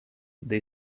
they